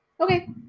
Okay